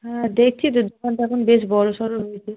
হ্যাঁ দেখছি তো দোকানটা এখন বেশ বড়ো সড়ো হয়েছে